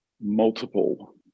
multiple